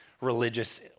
religious